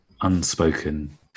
unspoken